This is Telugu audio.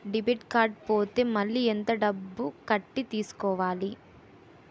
డెబిట్ కార్డ్ పోతే మళ్ళీ ఎంత డబ్బు కట్టి తీసుకోవాలి?